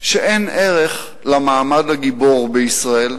שאין ערך למעמד הגיבור בישראל,